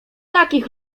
takich